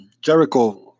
Jericho